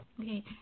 okay